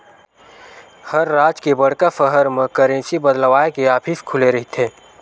हर राज के बड़का सहर म करेंसी बदलवाय के ऑफिस खुले रहिथे